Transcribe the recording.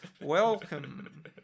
Welcome